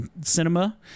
Cinema